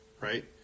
Right